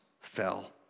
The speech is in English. fell